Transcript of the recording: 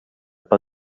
per